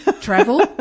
Travel